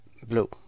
Blue